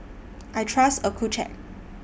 I Trust Accucheck